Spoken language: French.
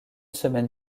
semaine